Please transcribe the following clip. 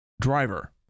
driver